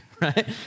right